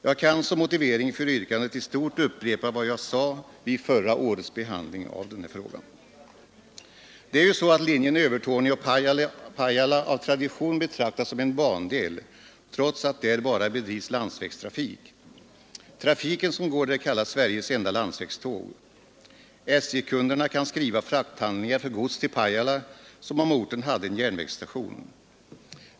Jag kan som motivering för yrkandet i stort upprepa vad jag sade vid förra årets behandling av frågan. Det är ju så att linjen Övertorneå—Pajala av tradition betraktas som en bandel trots att där bara bedrivs landsvägstrafik. Trafiken där kallas Sveriges enda landsvägståg. SJ-kunderna kan skriva frakthandlingar för gods till Pajala som om orten hade en järnvägsstation.